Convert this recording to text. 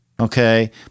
Okay